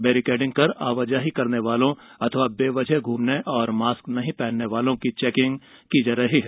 barricading कर आवाजाही करने वालों एवं बेवजह घूमने व मास्क नही पहनने वालों की चेकिंग की जा रही हैं